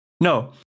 No